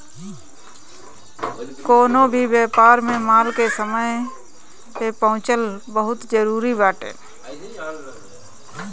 कवनो भी व्यापार में माल के समय पे पहुंचल बहुते जरुरी बाटे